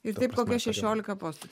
ir taip kokie šešiolika postų